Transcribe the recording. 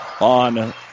on